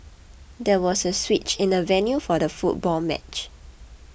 there was a switch in the venue for the football match